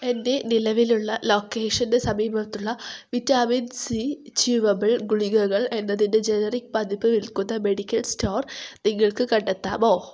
എൻ്റെ നിലവിലുള്ള ലൊക്കേഷന്റെ സമീപത്തുള്ള വിറ്റാമിൻ സി ച്യൂവബിൾ ഗുളികകൾ എന്നതിൻ്റെ ജനറിക് പതിപ്പ് വിൽക്കുന്ന മെഡിക്കൽ സ്റ്റോർ നിങ്ങൾക്ക് കണ്ടെത്താമോ